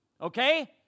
okay